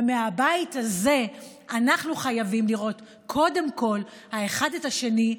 מהבית הזה אנחנו חייבים לראות קודם כול האחד את השני,